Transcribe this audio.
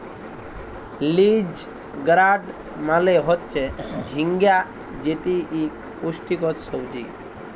ridge gourd মালে হচ্যে ঝিঙ্গা যেটি ইক পুষ্টিকর সবজি